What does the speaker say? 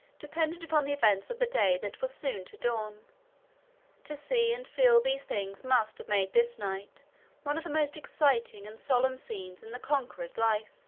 depended upon the events of the day that was soon to dawn to see and feel these things must have made this night one of the most exciting and solemn scenes in the conqueror's life.